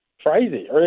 crazy